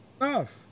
Enough